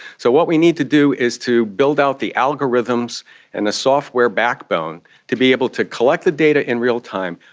so what we need to do is to build out the algorithms and the software backbone to be able to collect the data in real time,